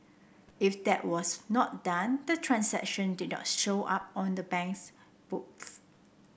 if that was not done the transaction did not show up on the bank's books